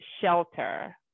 shelter